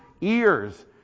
ears